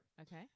Okay